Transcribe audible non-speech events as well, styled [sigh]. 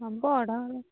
ହେବ [unintelligible]